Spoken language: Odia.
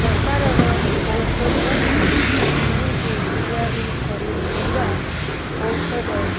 ପ୍ରକାରର ଔଷଧ ନିଜେ ତିଆରି କରି ଥିବା ଔଷଧ